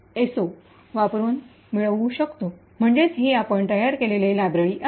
so वापरुन मिळवू शकतो म्हणजेच हे आपण तयार केलेली लायब्ररी आहे